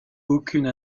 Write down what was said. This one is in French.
aucune